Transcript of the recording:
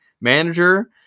manager